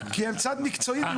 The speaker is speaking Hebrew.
כי הם צעד מקצועי.